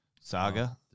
saga